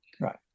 Right